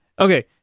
Okay